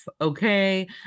okay